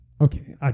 Okay